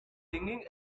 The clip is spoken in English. singing